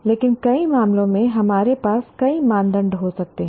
लेकिन कई मामलों में हमारे पास कई मापदंड हो सकते हैं